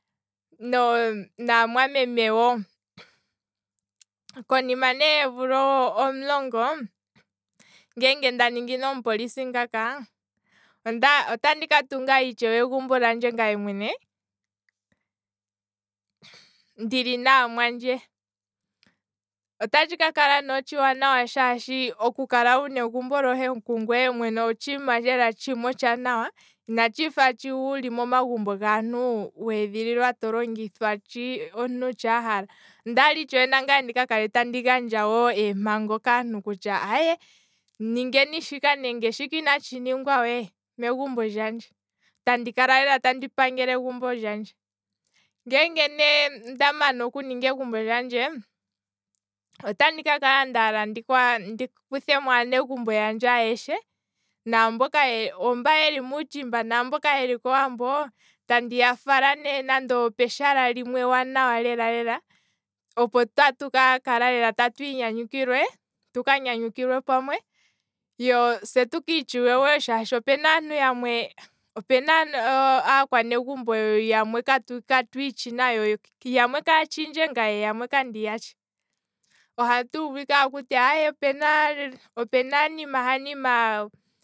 No- naamwameme woo, konima ne yeemvula omulongo ngenge ndaningi ne omupolisi ngaaka, ota ndika tunga ne egumbo lyandje ngaa mwene ndili naamwandje, ota tshika kala ne otshiwanawa shaashi oku kala wuna egumbo lyohe kungwee mwene otshimaa lela otshaa nawa, inatshifa sho wuli momagumbo gaantu to longithwa ngaashi ahala, ondala wo ndika kale tandi gandja eempango kaantu kutya ayee, ningeni shika nenge shika inatshi ningwa we megumbo lyandje, tandi kala lela tandi pangele egumbo lyandje, ngeenge ne ndamana okuninga egumbo lyandje, otandi kutha aakwanezimo yandje ayeshe, oomba yeli muutshimba naamba yeli kowambo, tandi ya fala nande opeshala limnwe ewanawa lela lela, opo tatu ka kala twiinyanyukilwe pamwe, se tu kiitshuwe wo shaashi opena aantu yamwe, opena aakwanegumbo yamwe katu itshi nayo, yamwe kandiyatshi yamwe kaye tshindje, ohatu uvu ike akuti aye opena nima hanima